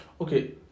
Okay